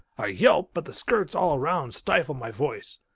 i yelp but the skirts all around stifle my voice.